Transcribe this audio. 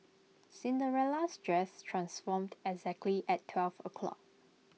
Cinderella's dress transformed exactly at twelve o'clock